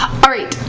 alright,